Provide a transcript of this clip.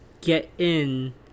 get-in